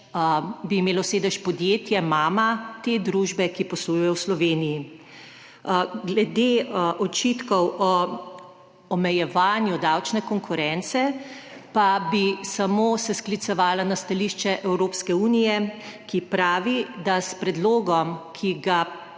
bi imelo sedež podjetje, mama te družbe, ki poslujejo v Sloveniji. Glede očitkov o omejevanju davčne konkurence bi se sklicevala na stališče Evropske unije, ki pravi, da s predlogom, ki ga